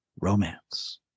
romance